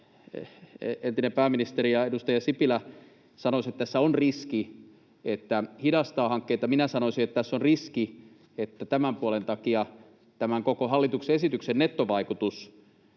entinen pääministeri, edustaja Sipilä sanoi, että tässä on riski, että se hidastaa hankkeita. Minä sanoisin, että tässä on riski, että tämän puolen takia tämän koko hallituksen esityksen nettovaikutus